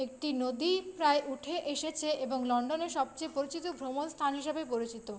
একটি নদী প্রায় উঠে এসেছে এবং লন্ডনের সবচেয়ে পরিচিত ভ্রমণ স্থান হিসাবে পরিচিত